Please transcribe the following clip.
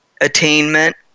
attainment